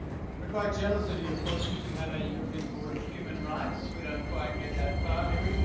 but quite jealous of you, of course, because you have a european court of human rights. we don't quite get that far, do we?